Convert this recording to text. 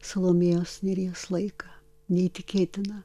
salomėjos nėries laiką neįtikėtina